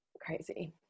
crazy